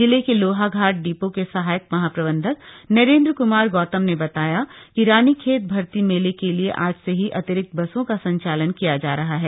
जिले के लोहाघाट डिपो के सहायक महाप्रबंधक नरेंद्र क्मार गौतम ने बताया कि रानीखेत भर्ती मेले के लिए आज से ही अतरिक्त बसों का संचालन किया जा रहा है